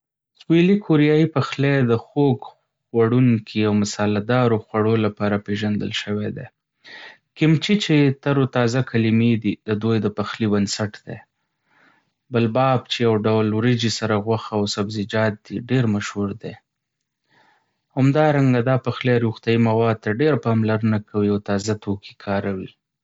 سویلي کوریايي پخلی د خوږ، خوړونکي او مصاله دارو خوړو لپاره پیژندل شوی دی. کیمچي چې ترو تازه کلمې دي، د دوی د پخلي بنسټ دی. بلباپ چې یو ډول وريژې سره غوښه او سبزیجات دي، ډېر مشهور دی. همدارنګه، دا پخلی روغتیایي موادو ته ډېره پاملرنه کوي او تازه توکي کاروي.